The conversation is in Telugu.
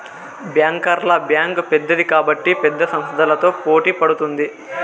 బ్యాంకర్ల బ్యాంక్ పెద్దది కాబట్టి పెద్ద సంస్థలతో పోటీ పడుతుంది